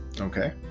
okay